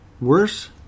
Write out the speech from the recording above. Worse